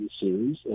series